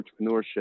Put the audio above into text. entrepreneurship